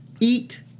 Eat